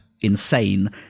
insane